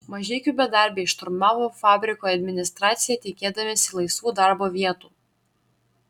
mažeikių bedarbiai šturmavo fabriko administraciją tikėdamiesi laisvų darbo vietų